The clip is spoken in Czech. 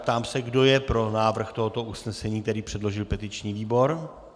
Ptám se, kdo je pro návrh tohoto usnesení, který předložil petiční výbor.